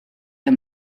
der